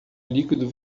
líquido